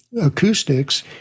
acoustics